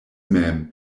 mem